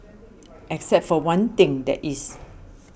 except for one thing that is